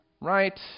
right